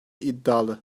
iddialı